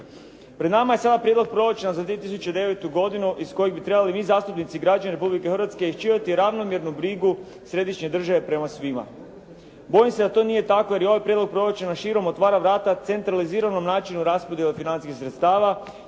Pred nama je sada Prijedlog proračuna za 2009. godinu iz kojeg bi trebali i zastupnici i građani Republike Hrvatske … /Ne razumije se./ … ravnomjernu brigu središnje države prema svima. Bojim se da to nije tako jer ovaj prijedlog proračuna širom otvara vrata centraliziranom načinu raspodjele financijskih sredstava